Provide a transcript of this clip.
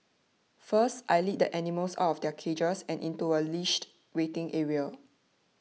first I lead the animals out of their cages and into a leashed waiting area